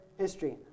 history